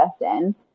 person